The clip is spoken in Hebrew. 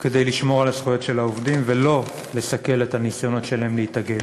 כדי לשמור על הזכויות של העובדים ולא לסכל את הניסיונות שלהם להתאגד.